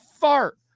fart